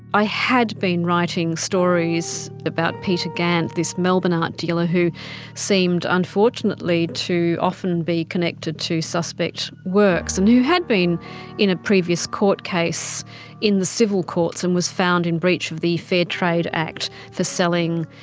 i had been writing stories stories about peter gant. this melbourne art dealer who seemed unfortunately to often be connected to suspect works and who had been in a previous court case in the civil courts and was found in breach of the fair trade act for selling